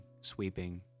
sweeping